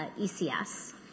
ECS